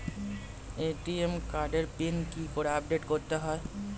ATM কার্ডের pin কি করে আপডেট করতে হয়?